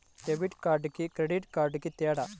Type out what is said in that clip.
Debit కార్డుకి credit కార్డుకి తేడా?